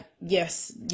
yes